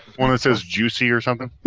one that says juicy or something.